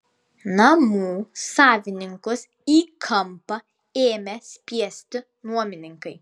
namų savininkus į kampą ėmė spiesti nuomininkai